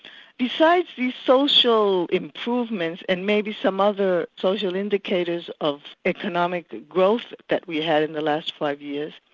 besides the social improvements and maybe some other social indicators of economic growth that we had in the last five years,